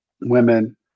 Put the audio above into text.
women